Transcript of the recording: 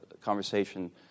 conversation